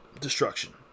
destruction